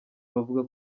bavuga